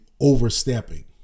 overstepping